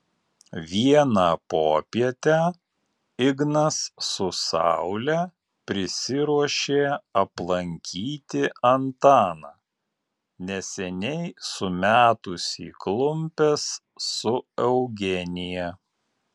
vieną popietę ignas su saule prisiruošė aplankyti antaną neseniai sumetusį klumpes su eugenija